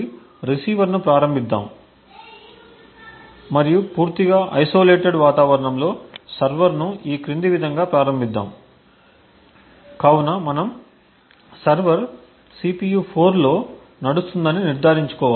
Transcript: కాబట్టి రిసీవర్ను ప్రారంభిద్దాం మరియు పూర్తిగా ఐసోలేటెడ్వాతావరణంలో సర్వర్ను ఈ క్రింది విధంగా ప్రారంభిద్దాం కాబట్టి మనము సర్వర్ CPU 4 లో నడుస్తుందని నిర్ధారించుకోవాలి